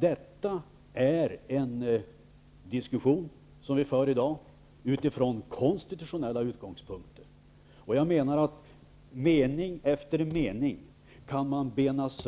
Detta är en diskussion som vi för i dag utifrån konstitutionella utgångspunkter. Man kan bena upp